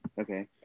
Okay